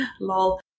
lol